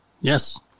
Yes